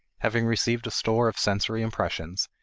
having received a store of sensory impressions,